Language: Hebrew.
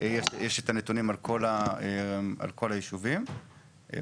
יש את הנתונים על כל היישובים מבחינת